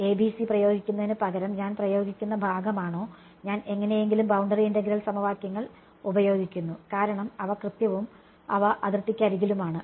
ABC പ്രയോഗിക്കുന്നതിനുപകരം ഞാൻ പ്രയോഗിക്കുന്ന ഭാഗമാണോ ഞാൻ എങ്ങനെയെങ്കിലും ബൌണ്ടറി ഇന്റഗ്രൽ സമവാക്യങ്ങൾ ഉപയോഗിക്കുന്നു കാരണം അവ കൃത്യവും അവ അതിർത്തിക്കരികിലുമാണ്